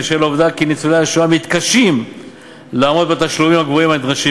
בשל העובדה שניצולי השואה מתקשים לעמוד בתשלומים הגבוהים הנדרשים